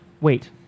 Wait